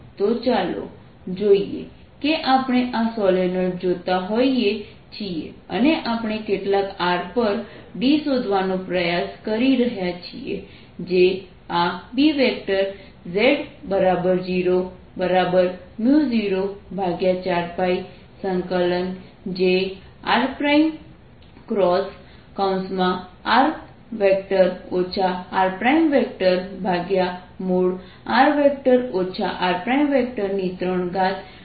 તો ચાલો જોઈએ કે આપણે આ સોલેનોઇડ જોતા હોઈએ છીએ અને આપણે કેટલાક r પર d શોધવાનો પ્રયાસ કરી રહ્યા છીએ જે આ Bz004πjr×r rr r3dV છે